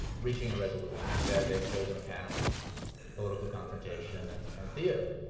reaching a resolution. instead, they've chosen a path of political confrontation and and theatre